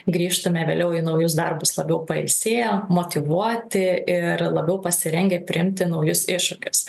grįžtume vėliau į naujus darbus labiau pailsėję motyvuoti ir labiau pasirengę priimti naujus iššūkius